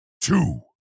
two